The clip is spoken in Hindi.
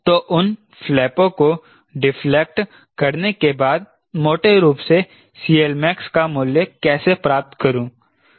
तो इन फ्लैपों की डिफ्लेक्ट करने के बाद मोटे रूप से CLmax का मूल्य कैसे प्राप्त करूं